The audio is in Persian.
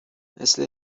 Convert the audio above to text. مثل